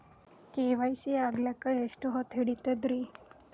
KYC ಆಗಲಕ್ಕ ಎಷ್ಟ ಹೊತ್ತ ಹಿಡತದ್ರಿ?